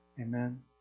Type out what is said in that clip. Amen